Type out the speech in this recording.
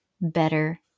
better